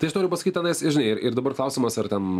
tai aš noriu pasakyt tenais ir žinai ir ir dabar klausimas ar ten